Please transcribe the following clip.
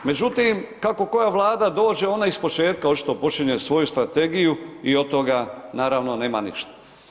Međutim, kako koja vlada dođe ona iz početka očito počinje svoju strategiju i od toga naravno nema ništa.